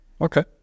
Okay